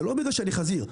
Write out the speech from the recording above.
זה לא בגלל שאני חזיר,